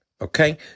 Okay